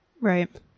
Right